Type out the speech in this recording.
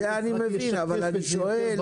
זה אני מבין אבל אני שואל,